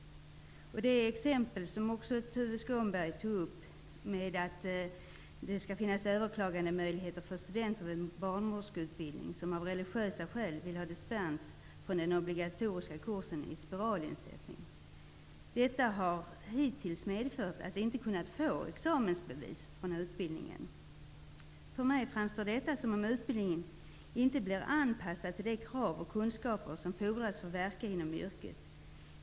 Ett exempel som nämns, och som Tuve Skånberg också tog upp, är att det skall finnas överklagandemöjligheter för studenter vid barnmorskeutbildningen som av religiösa skäl vill ha dispens från den obligatoriska kursen i spiralinsättning. Detta har hittills medfört att de inte kunnat få examensbevis från utbildningen. För mig framstår detta som om utbildningen inte blir anpassad till de krav och kunskaper som fordras för att verka inom yrket.